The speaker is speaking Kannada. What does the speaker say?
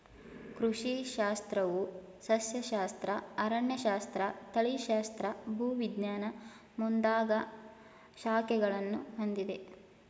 ಕೃಷಿ ಶಾಸ್ತ್ರವು ಸಸ್ಯಶಾಸ್ತ್ರ, ಅರಣ್ಯಶಾಸ್ತ್ರ, ತಳಿಶಾಸ್ತ್ರ, ಭೂವಿಜ್ಞಾನ ಮುಂದಾಗ ಶಾಖೆಗಳನ್ನು ಹೊಂದಿದೆ